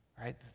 Right